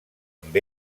amb